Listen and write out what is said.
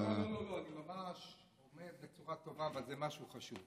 לא, לא, אבל זה משהו חשוב.